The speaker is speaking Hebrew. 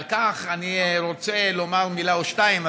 על כך אני רוצה לומר מילה או שתיים.